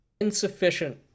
insufficient